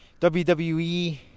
WWE